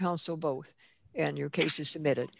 counsel both and your case is submitted